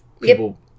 people